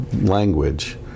language